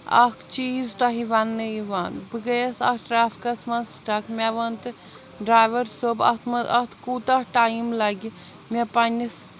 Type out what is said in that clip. اَکھ چیٖز تۄہہِ وَنٛنہٕ یِوان بہٕ گٔیَس اَتھ ٹرٛیفِکَس منٛز سِٹَک مےٚ وَنتہٕ ڈرٛایوَر صٲب اَتھ منٛز اَتھ کوٗتاہ ٹایِم لَگہِ مےٚ پَنٛنِس